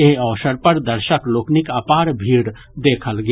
एहि अवसर पर दर्शक लोकनिक अपार भीड़ देखल गेल